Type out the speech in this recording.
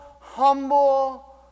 humble